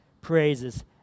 praises